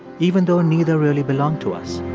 even though neither really belong to us